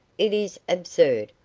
it is absurd,